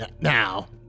Now